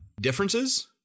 differences